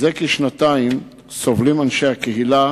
זה כשנתיים סובלים אנשי הקהילה